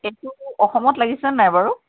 এইটো অসমত লাগিছে নাই বাৰু